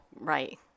right